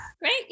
Great